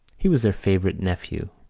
he was their favourite nephew,